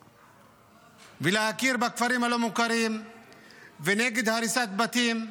ולהכיר בכפרים הלא-מוכרים ונגד הריסת בתים,